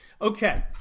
Okay